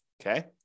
Okay